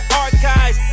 archives